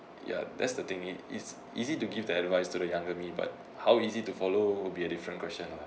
ya that's the thing it is easy to give the advice to the younger me but how easy to follow will be a different question lah